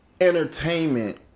entertainment